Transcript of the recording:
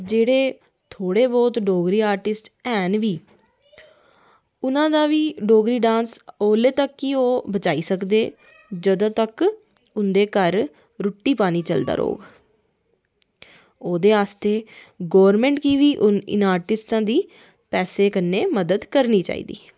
जेह्ड़े थोह्ड़े बहुत डोगरी आर्टिस्ट डोगरी हैन बी उन्ना दा बी डोगरी डांस ओह् ओल्लै तक्क बचाई सकदे जदूं तक्क उंदे घर रुट्टी पानी चलदा रौह्ग ओह्दे बास्तै गौरमैंट गी बी इनें आर्टिस्टें दी पैसे कन्नै मदद करनी चाहिदी